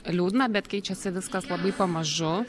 liūdna bet keičiasi viskas labai pamažu